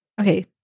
Okay